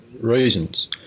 reasons